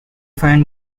find